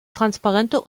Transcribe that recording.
transparente